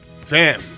Fam